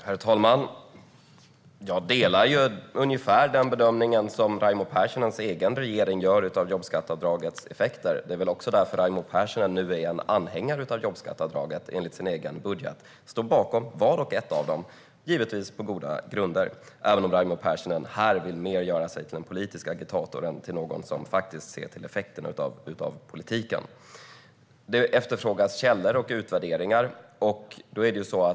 Herr talman! Jag delar ungefär den bedömning som Raimo Pärssinens egen regering gör när det gäller jobbskatteavdragets effekter. Det är väl också därför Raimo Pärssinen nu är en anhängare av jobbskatteavdraget, eftersom hans eget parti i sin budget står bakom vart och ett av dem, givetvis på goda grunder, även om han här mer vill göra sig till politisk agitator än till någon som faktiskt ser effekterna av politiken. Det efterfrågas källor och utvärderingar.